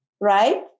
right